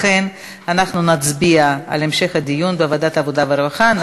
לכן אנחנו נצביע על המשך הדיון בוועדת העבודה והרווחה.